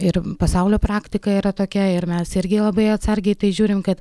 ir pasaulio praktika yra tokia ir mes irgi labai atsargiai į tai žiūrim kad